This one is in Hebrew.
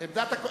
עמדת הקואליציה,